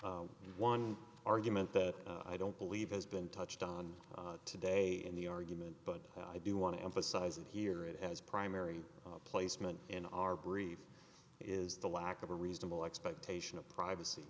result one argument that i don't believe has been touched on today in the argument but i do want to emphasize that here it has primary placement in our brief is the lack of a reasonable expectation of privacy